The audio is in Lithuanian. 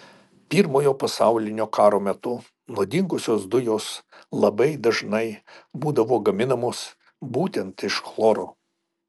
pirmojo pasaulinio karo metu nuodingosios dujos labai dažnai būdavo gaminamos būtent iš chloro